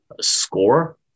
Score